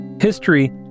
History